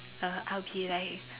uh I'll be like